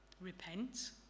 repent